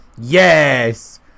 yes